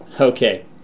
Okay